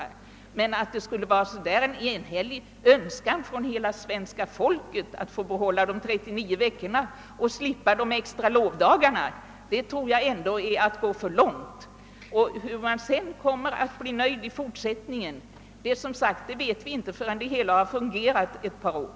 Att säga att det skulle finnas någon enhällig önskan från hela svenska folket att få behålla 39 veckors läsår och slippa de extra lovdagarna tror jag ändå är att gå för långt. Om man sedan kommer att bli nöjd i fortsättningen vet vi, som sagt, inte förrän det hela fungerat ett par år.